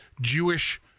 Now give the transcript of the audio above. jewish